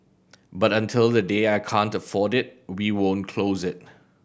but until the day I can't afford it we won't close it